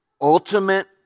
ultimate